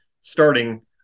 starting